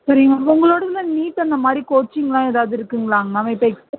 சரிங்க உங்களோடதில் நீட் அந்த மாதிரி கோச்சிங்கெலாம் ஏதாவது இருக்குதுங்களாங்க மேம் இப்போ எக்ஸ்